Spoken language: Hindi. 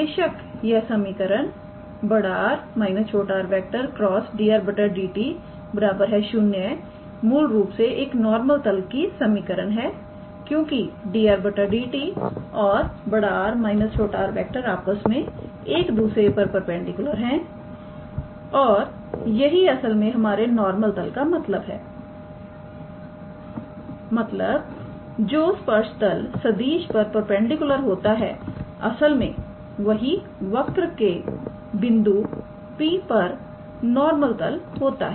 बेशक यह समीकरण 𝑅⃗ − 𝑟⃗ × 𝑑 𝑟⃗ 𝑑𝑡 0 मूल रूप से एक नॉर्मल तल की समीकरण है क्योंकि 𝑑 𝑟⃗ 𝑑𝑡 और𝑅⃗ − 𝑟⃗ आपस में एक दूसरे पर परपेंडिकुलर हैं और यही असल में हमारे नॉर्मल तल का मतलब है मतलब जो स्पर्श तल सदिश पर परपेंडिकुलर होता है असल में वही वक्र के बिंदु P पर नॉर्मल तल होता है